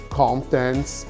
contents